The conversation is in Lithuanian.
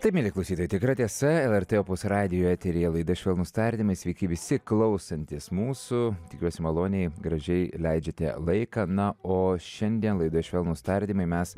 taip mieli klausytojai tikra tiesa lrt opus radijo eteryje laida švelnūs tardymai sveiki visi klausantys mūsų tikiuosi maloniai gražiai leidžiate laiką na o šiandien laida švelnūs tardymai mes